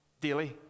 daily